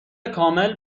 کامل